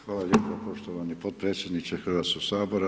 Hvala lijepo poštovani potpredsjedniče Hrvatskog sabora.